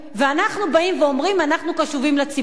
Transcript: ואנחנו באים ואומרים: אנחנו קשובים לציבור.